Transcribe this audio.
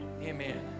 Amen